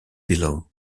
below